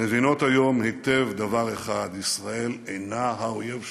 מבינות היום היטב דבר אחד: ישראל אינה האויב שלהן,